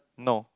no